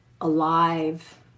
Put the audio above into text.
alive